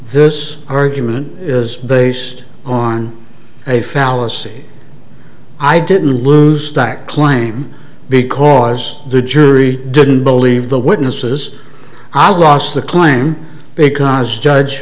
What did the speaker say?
this argument is based on a fallacy i didn't lose that claim because the jury didn't believe the witnesses are lost the climb because judge